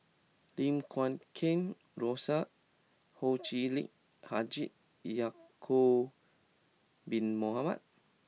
Lim Guat Kheng Rosie Ho Chee Lick Haji Ya'Acob bin Mohamed